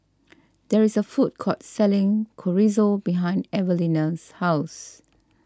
there is a food court selling Chorizo behind Evelina's house